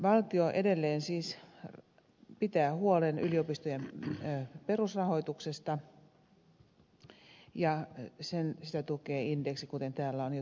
valtio edelleen siis pitää huolen yliopistojen perusrahoituksesta ja sitä tukee indeksi kuten täällä on jo todettu